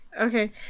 Okay